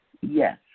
yes